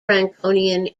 franconian